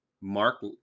Mark